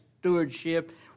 stewardship